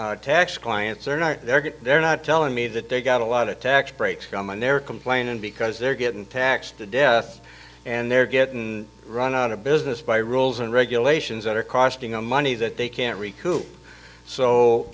my tax clients are not they're get they're not telling me that they got a lot of tax breaks from and they're complaining because they're getting taxed to death and they're getting run out of business by rules and regulations that are costing them money that they can't recoup so